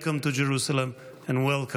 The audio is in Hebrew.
Welcome to Jerusalem and welcome